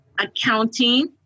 accounting